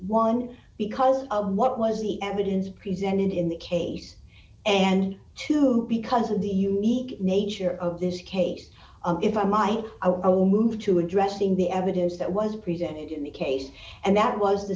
one because what was the evidence presented in the case and two because of the unique nature of this case if i might i will move to addressing the evidence that was presented in the case and that was the